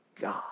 God